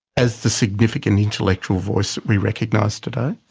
as the significant intellectual voice that we recognise today?